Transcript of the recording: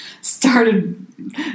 started